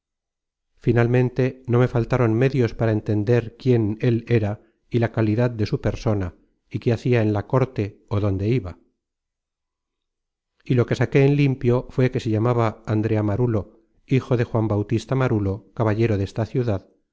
finalmente no me faltaron medios para entender quién él era y la calidad de su persona y qué hacia en la córte ó dónde iba y lo que saqué en limpio fué que se llamaba andrea marulo hijo de juan bautista marulo caballero desta ciudad